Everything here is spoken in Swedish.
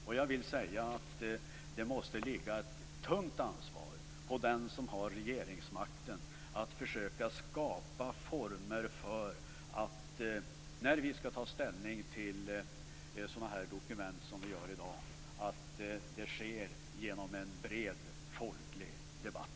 Och jag vill säga att det ligger ett tungt ansvar på den som har regeringsmakten att försöka skapa former för att det - när vi skall ta ställning till sådana här dokument som vi skall göra i dag - sker genom en bred och folklig debatt.